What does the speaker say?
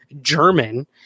German